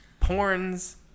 Porn's